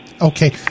Okay